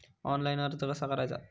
Online कर्ज कसा करायचा?